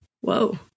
Whoa